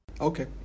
Okay